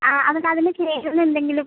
ആ അത് അതിന് ചേരുന്നതെന്തെങ്കിലും